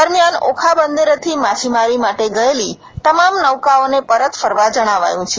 દરમિયાન ઓખા બંદરેથી માછીમારી માટે ગયેલી તમામ નોકાઓને પરત ફરવા જણાવાયું છે